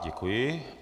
Děkuji.